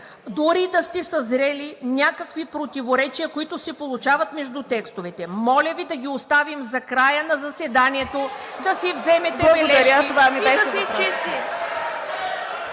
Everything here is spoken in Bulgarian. дори и да сте съзрели някакви противоречия, които се получават между текстовете, моля Ви да ги оставим за края на заседанието, да си вземете бележки и да се (шум